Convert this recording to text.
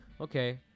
okay